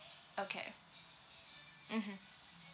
okay mmhmm